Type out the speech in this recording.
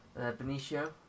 Benicio